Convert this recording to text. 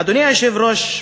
אדוני היושב-ראש,